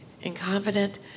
incompetent